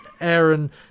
aaron